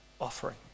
offering